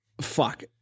Fuck